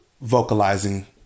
vocalizing